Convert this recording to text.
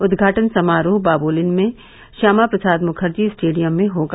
उद्घाटन समारोह बाबोलिम में श्यामा प्रसाद मुखर्जी स्टेडियम में होगा